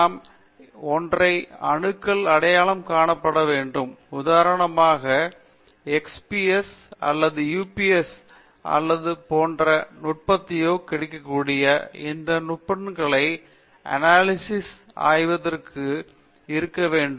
நாம் ஒற்றை அணுக்கள் அடையாளம் காணப்பட வேண்டும் உதாரணமாக இன்று எக்ஸ் பி எஸ் அல்லது யூ பி எஸ் அல்லது வேறு எந்த நுட்பத்தையோ கிடைக்கக்கூடிய இந்த வகை நுட்பங்கள் அனாலிசிஸ்ம் ஆய்வுக்குரிய அணுகுமுறையாக இருக்க வேண்டும்